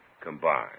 combined